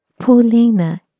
Paulina